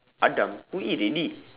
adam who eat already